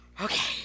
Okay